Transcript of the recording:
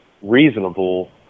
reasonable